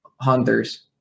hunters